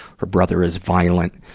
her brother is violent.